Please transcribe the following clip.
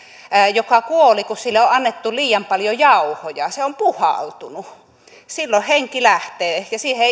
joka kuoli kun sille oli annettu liian paljon jauhoja se oli puhaltunut silloin henki lähtee ja siihen